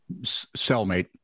cellmate